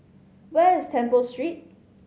where is Temple Street